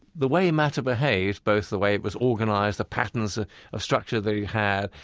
the way matter behaved, both the way it was organized, the patterns ah of structure that it had,